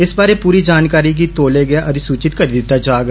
इस बारै पूरी जानकारी गी तौले गै अधिसूचित करी दिता जाग